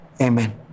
Amen